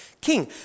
king